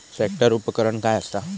Tractor उपकरण काय असा?